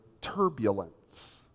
turbulence